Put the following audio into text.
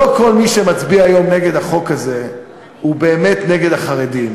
לא כל מי שמצביע היום נגד החוק הזה הוא באמת נגד החרדים